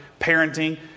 parenting